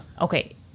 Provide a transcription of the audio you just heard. Okay